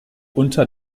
unter